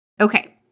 Okay